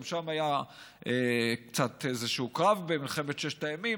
גם היה שם קצת איזשהו קרב במלחמת ששת הימים.